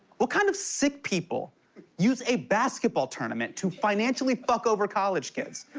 what kind of sick people use a basketball tournament to financially fuck over college kids?